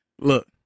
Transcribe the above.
look